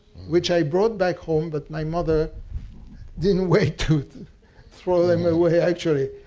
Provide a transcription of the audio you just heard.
which i brought back home but my mother didn't wait to throw them away, actually.